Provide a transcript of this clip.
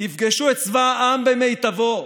תפגשו את צבא העם במיטבו,